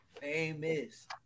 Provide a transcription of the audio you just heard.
Famous